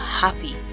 happy